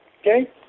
okay